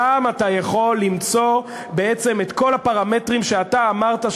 שם אתה יכול למצוא בעצם את כל הפרמטרים שאתה אמרת,